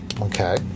Okay